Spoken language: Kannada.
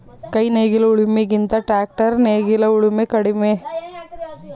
ಕೈ ನೇಗಿಲು ಉಳಿಮೆ ಗಿಂತ ಟ್ರ್ಯಾಕ್ಟರ್ ನಲ್ಲಿ ಉಳುಮೆ ಮಾಡಲು ಕಡಿಮೆ ಸಮಯ ಸಾಕಾಗುತ್ತದೆ